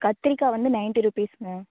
கத்திரிக்காய் வந்து நயன்ட்டி ரூபீஸ்ங்க